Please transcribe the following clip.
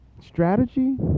strategy